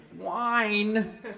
wine